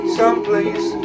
someplace